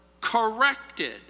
corrected